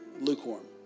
lukewarm